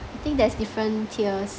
I think there's different tiers